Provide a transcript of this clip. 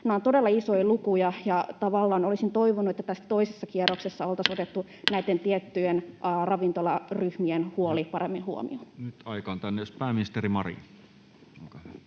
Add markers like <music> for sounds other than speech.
Nämä ovat todella isoja lukuja. Tavallaan olisin toivonut, että tällä toisella kierroksella <noise> oltaisiin otettu näiden tiettyjen ravintolaryhmien huoli paremmin huomioon. Nyt aika on täynnä. — Pääministeri Marin,